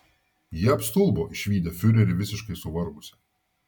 jie apstulbo išvydę fiurerį visiškai suvargusį